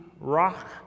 rock